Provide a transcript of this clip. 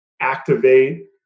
activate